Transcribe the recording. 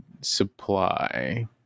supply